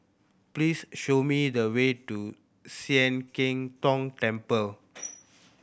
please show me the way to Sian Keng Tong Temple